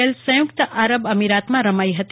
L સંયુક્ત આરબ અમીરાતમાં રમાઈ હતી